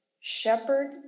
shepherd